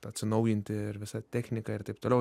atsinaujinti ir visą techniką ir taip toliau